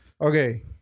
Okay